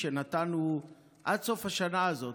שנתנו עד סוף השנה הזאת,